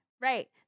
Right